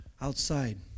outside